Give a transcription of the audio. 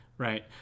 Right